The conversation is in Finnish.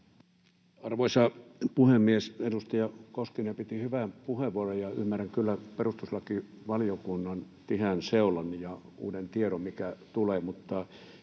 Arvoisa puhemies! Edustaja Koskinen piti hyvän puheenvuoron, ja ymmärrän kyllä perustuslakivaliokunnan tiheän seulan ja uuden tiedon, mikä tulee,